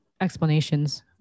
explanations